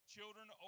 Children